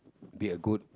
be a good